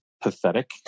Pathetic